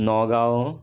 Nagaon